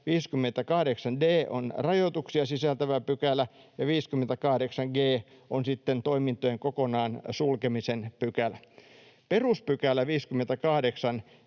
58 d on rajoituksia sisältävä pykälä, ja 58 g on sitten toimintojen kokonaan sulkemisen pykälä. Peruspykälä 58